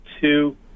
two